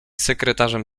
sekretarzem